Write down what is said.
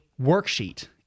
worksheet